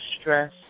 stress